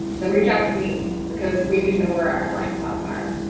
then reach out to me because we need to know where our blind spots are.